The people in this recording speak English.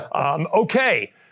okay